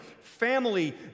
family